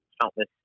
countless